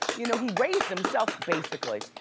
you know, he raised himself, basically.